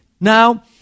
Now